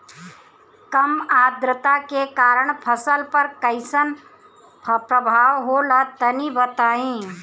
कम आद्रता के कारण फसल पर कैसन प्रभाव होला तनी बताई?